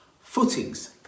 footings